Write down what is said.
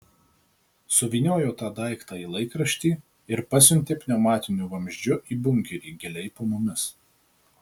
suvyniojo tą daiktą į laikraštį ir pasiuntė pneumatiniu vamzdžiu į bunkerį giliai po mumis